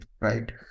Right